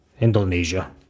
Indonesia